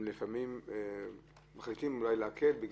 שלפעמים הם מחליטים אולי להקל כי